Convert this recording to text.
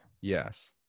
Yes